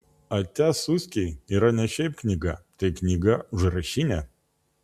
atia suskiai yra ne šiaip knyga tai knyga užrašinė